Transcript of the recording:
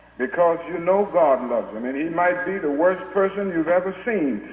because you know god and loves him. and he might be the worst person you've ever seen.